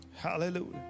Hallelujah